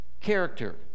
character